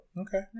Okay